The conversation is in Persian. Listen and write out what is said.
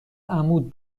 عمود